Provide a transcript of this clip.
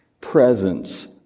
presence